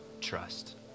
trust